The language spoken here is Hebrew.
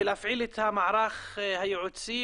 ולהפעיל את המערך הייעוצי,